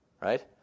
right